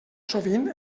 sovint